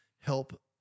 help